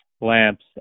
lamps